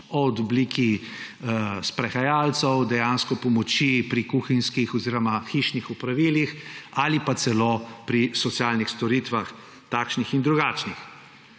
v obliki sprehajalcev, dejanske pomoči pri kuhinjskih oziroma hišnih opravilih ali pa celo pri socialnih storitvah, takšnih in drugačnih.